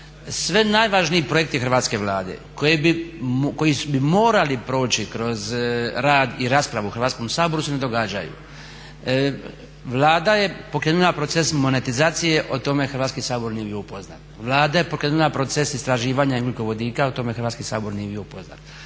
sve važniji projekti hrvatske Vlade koji bi morali proći kroz rad i raspravu u Hrvatskom saboru se ne događaju. Vlada je pokrenula proces monetizacije, o tome Hrvatski sabor nije bio upoznat, Vlada je pokrenula proces istraživanja ugljikovodika, o tome Hrvatski sabor nije bio upoznat,